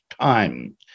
time